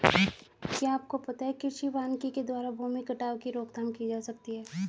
क्या आपको पता है कृषि वानिकी के द्वारा भूमि कटाव की रोकथाम की जा सकती है?